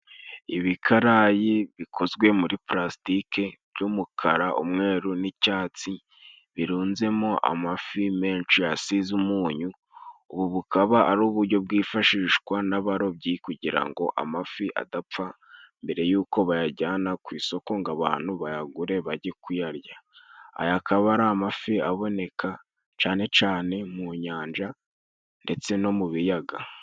Ibikarayi bikozwe muri pulasitike by'umukara umweru n'icyatsi, birunzemo amafi menshi asize umunyu. ubu bukaba ari uburyo bwifashishwa n'abarobyi, kugira ngo amafi adapfa mbere y'uko bayajyana ku isoko ngo abantu bayagure bajye kuyarya. aya akaba ari amafi aboneka cane cane mu nyanja ndetse no mu biyaga.